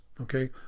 Okay